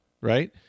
right